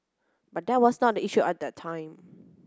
but that was not the issue at that time